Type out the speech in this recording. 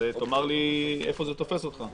תאמר לי איפה זה תופס אותך.